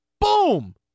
Boom